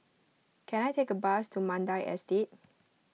can I take a bus to Mandai Estate